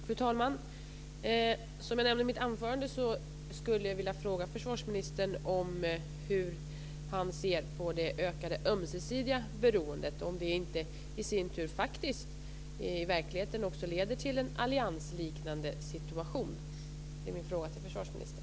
Fru talman! Som jag nämnde i mitt anförande skulle jag vilja fråga försvarsministern hur han ser på det ökade ömsesidiga beroendet, om det inte i sin tur i verkligheten också leder till en alliansliknande situation. Det är min fråga till försvarsministern.